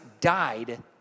died